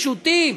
פשוטים.